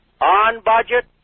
on-budget